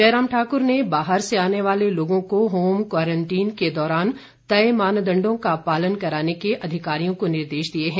जयराम ठाकुर ने बाहर से आने वाले लोगों को होम क्वारंटीन के दौरान तय मानदंडों का पालन कराने के अधिकारियों को निर्देश दिए हैं